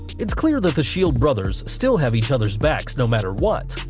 it's clear that the shield brothers still have each other's backs no matter what,